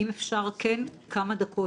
אם אפשר כמה דקות,